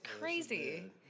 crazy